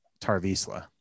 tarvisla